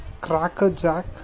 crackerjack